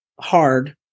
hard